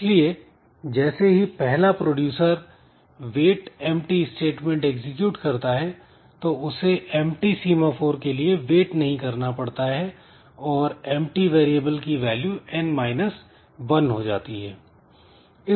इसलिए जैसे ही पहला producer wait empty statement execute करता है तो उसे एंप्टी सीमाफोर के लिए वेट नहीं करना पड़ता है और एंप्टी वेरिएबल की वैल्यू n माइनस वन हो जाती है